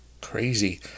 Crazy